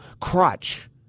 crutch